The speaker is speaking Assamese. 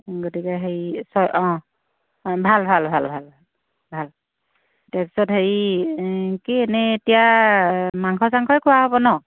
গতিকে হেৰি অঁ ভাল ভাল ভাল ভাল তাৰ পাছত হেৰি কি ইনেই এতিয়া মাংস চাংসই খোৱা হ'ব ন